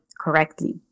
correctly